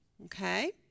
Okay